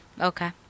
Okay